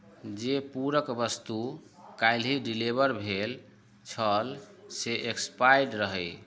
जे पूरक वस्तु काल्हिये डिलीवर भेल छल से एक्सपायर्ड रहय